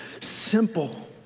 Simple